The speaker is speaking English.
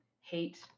hate